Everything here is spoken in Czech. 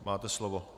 Máte slovo.